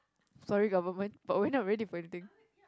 sorry government but we're not ready for anything